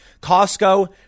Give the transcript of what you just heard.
Costco